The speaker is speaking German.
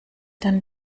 dann